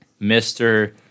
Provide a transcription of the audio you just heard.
Mr